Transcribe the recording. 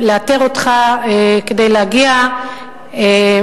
לאתר אותך כדי להגיע אליך,